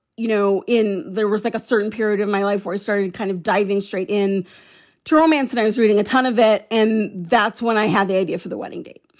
you know, in there was like a certain period of my life where it started kind of diving straight in to romance. and i was reading a ton of it and that's when i had the idea for the wedding date